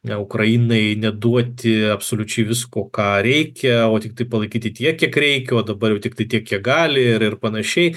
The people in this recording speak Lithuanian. ne ukrainai neduoti absoliučiai visko ką reikia o tiktai palaikyti tiek kiek reikia o dabar jau tiktai tiek kiek gali ir panašiai